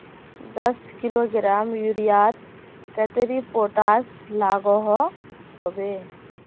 दस किलोग्राम यूरियात कतेरी पोटास लागोहो होबे?